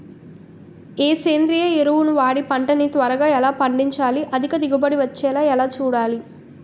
ఏ సేంద్రీయ ఎరువు వాడి పంట ని త్వరగా ఎలా పండించాలి? అధిక దిగుబడి వచ్చేలా ఎలా చూడాలి?